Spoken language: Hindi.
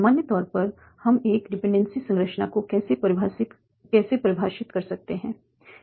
सामान्य तौर पर हम एक डिपेंडेंसी संरचना को कैसे परिभाषित कर सकते हैं